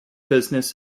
business